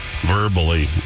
verbally